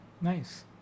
Nice